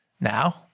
Now